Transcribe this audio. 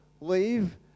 leave